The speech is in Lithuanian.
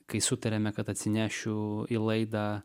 kai sutarėme kad atsinešiu į laidą